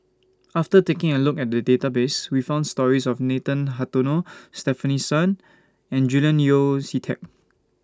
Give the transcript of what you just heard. after taking A Look At The Database We found stories of Nathan Hartono Stefanie Sun and Julian Yeo See Teck